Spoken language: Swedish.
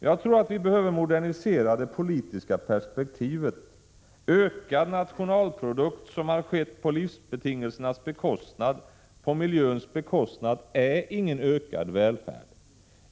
Det politiska perspektivet måste moderniseras. Ökad nationalprodukt, som uppnåtts på livsbetingelsernas bekostnad, på miljöns bekostnad, är ingen ökad välfärd.